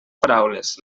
paraules